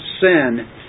sin